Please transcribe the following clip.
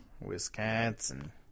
Wisconsin